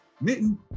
Mitten